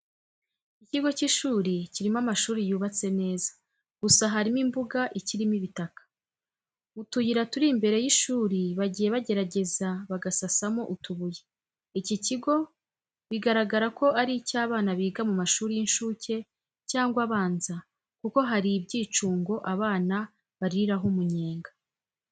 Ikigo cy'ishuri kirimo amashuri yubatse neza gusa harimo imbuga ikirimo ibitaka. Mu tuyira turi imbere y'ishuri bagiye bagerageza bagasasamo utubuye. Iki kigo biragaragara ko ari icy'abana biga mu mashuri y'inshuke cyangwa abanza kuko hari ibyicungo abana bariraho umunyenga.